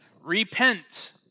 repent